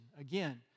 Again